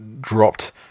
dropped